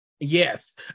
yes